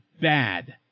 bad